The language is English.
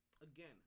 Again